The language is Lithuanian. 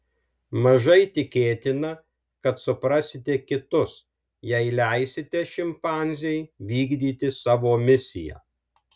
mažai tikėtina kad suprasite kitus jei leisite šimpanzei vykdyti savo misiją